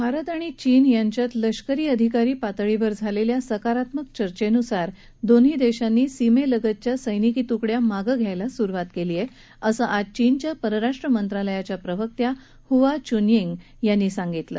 भारत आणि चीन यांच्यात लष्करी अधिकारी पातळीवर झालेल्या सकारात्मक चर्चेनुसार दोन्ही देशांनी सीमेलगतच्या सैनिकी तुकड्या मागं घ्यायला सुरवात केली आहे असं आज चीनच्या परराष्ट्र मंत्रालयाच्या प्रवक्त्या हूआ चूनयिंग यांनी सांगितलं